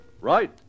Right